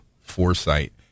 foresight